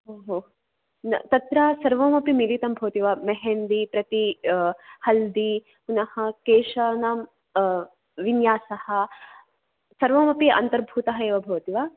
ओ हो तत्र सर्वम् अपि मिलितं भवति वा मेहेन्दि प्रति हल्दि न ह केशानां विन्यासः सर्वमपि अन्तर्भूतः एव भवति वा